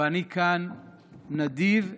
ואני כאן נדיב כלפיהם.